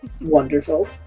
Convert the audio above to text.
Wonderful